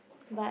but